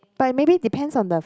but maybe depends on the